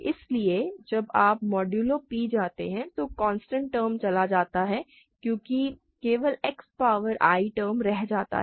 इसलिए जब आप मोडुलो p जाते हैं तो कांस्टेंट टर्म चला जाता है क्योंकि केवल X पावर i टर्म रहता है